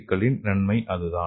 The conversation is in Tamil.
க்களின் நன்மை அதுதான்